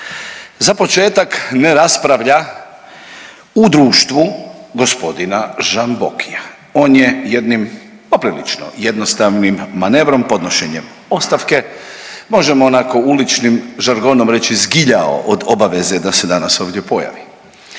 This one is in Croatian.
Za početak ne raspravlja u društvu g. Žambokija, on je jednim poprilično jednostavnim manevrom podnošenjem ostavke možemo onako uličnim žargonom reći „zgiljao“ od obaveze da se danas ovdje pojavi.